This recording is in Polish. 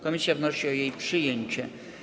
Komisja wnosi o jej przyjęcie.